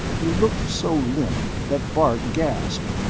he looked so limp that bart gasped.